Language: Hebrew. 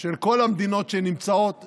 של כל המדינות שנמצאות סביבנו,